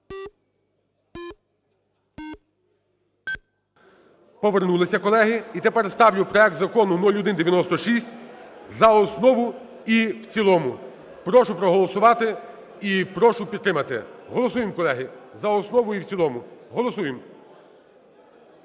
Повернулися, колеги. І тепер ставлю проект Закону 0196 за основу і в цілому. Прошу проголосувати і прошу підтримати. Голосуємо, колеги, за основу і в цілому. Голосуємо.